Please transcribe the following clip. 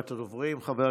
רז,